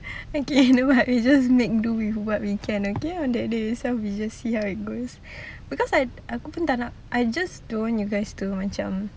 okay never mind we just make do with what we can okay on that day so we just see how it goes because I aku pun tak nak I just don't want you guys to macam